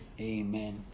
amen